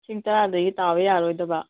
ꯂꯤꯁꯤꯡ ꯇꯔꯥꯗꯒꯤ ꯇꯥꯕ ꯌꯥꯔꯣꯏꯗꯕ